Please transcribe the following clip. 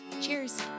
Cheers